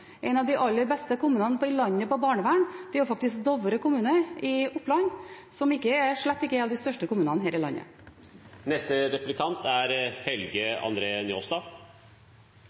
barnevern enn de små. En av de aller beste kommunene i landet på barnevern er faktisk Dovre kommune i Oppland, som slett ikke er av de største kommunene her i landet. Eg vil først gratulera Senterpartiet med eit godt val. Så trur eg veldig mange er